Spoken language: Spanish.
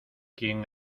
quien